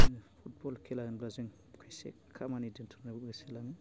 football खेला होनब्ला जों खायसे खामानि दोनथ'नानैब्लाबो होसोलाङो